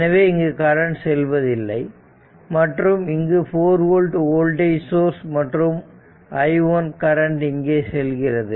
எனவே இங்கு கரண்ட் செல்வதில்லை மற்றும் இங்கு 4 V வோல்டேஜ் சோர்ஸ் மற்றும் i 1 கரண்ட் இங்கே செல்கிறது